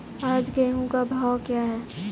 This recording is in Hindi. आज गेहूँ का भाव क्या है?